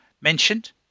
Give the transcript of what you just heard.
mentioned